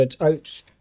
oats